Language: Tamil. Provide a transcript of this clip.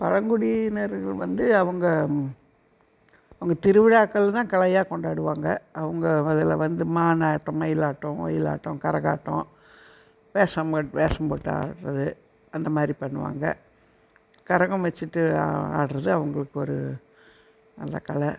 பழங்குடியினர்கள் வந்து அவங்க அவங்க திருவிழாக்கள் தான் கலையாக கொண்டாடுவாங்க அவங்க அதில் வந்து மானாட்டம் மயிலாட்டம் ஒயிலாட்டம் கரகாட்டம் வேஷம் போட் வேஷம் போட்டு ஆடுறது அந்த மாதிரி பண்ணுவாங்க கரகம் வைச்சுட்டு ஆடுறது அவர்களுக்கு ஒரு நல்ல கலை